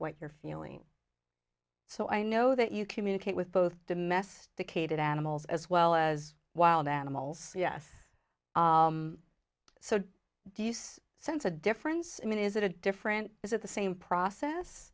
what you're feeling so i know that you communicate with both domesticated animals as well as wild animals yes so do use sense a difference i mean is it a different is it the same process